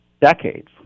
decades